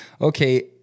okay